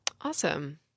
Awesome